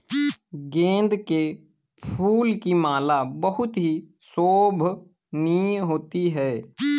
गेंदे के फूल की माला बहुत ही शोभनीय होती है